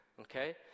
okay